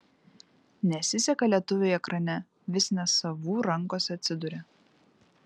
nesiseka lietuviui ekrane vis ne savų rankose atsiduria